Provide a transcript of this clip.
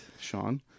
Sean